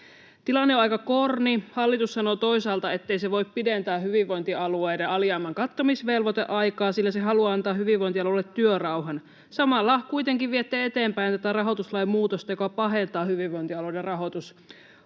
Tilanne on aika korni. Hallitus sanoo toisaalta, ettei se voi pidentää hyvinvointialueiden alijäämän kattamisvelvoiteaikaa, sillä se haluaa antaa hyvinvointialueille työrauhan. Samalla kuitenkin viette eteenpäin tätä rahoituslain muutosta, joka pahentaa hyvinvointialueiden rahoitusongelmia.